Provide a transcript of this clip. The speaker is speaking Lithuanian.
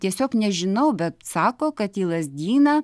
tiesiog nežinau bet sako kad į lazdyną